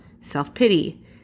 self-pity